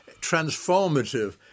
transformative